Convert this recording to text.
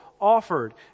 offered